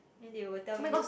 then they will tell you